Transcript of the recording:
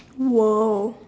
!whoa!